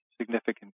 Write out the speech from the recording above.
significant